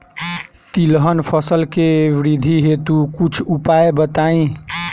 तिलहन फसल के वृद्धि हेतु कुछ उपाय बताई?